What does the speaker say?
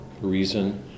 reason